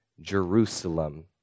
Jerusalem